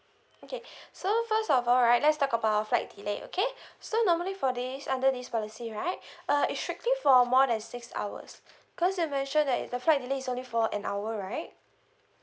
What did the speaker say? okay so first of all right let's talk about flight delay okay so normally for this under this policy right uh it's strictly for more than six hours cause you mention that the flight delay is only for an hour right